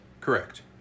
Correct